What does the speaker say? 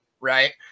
right